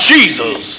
Jesus